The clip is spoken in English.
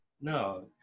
No